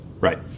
right